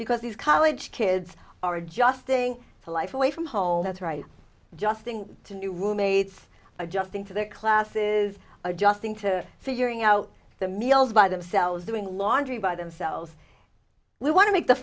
because these college kids are adjusting to life away from home that's right just to new roommates adjusting to their classes adjusting to figuring out the meals by themselves doing laundry by themselves we want to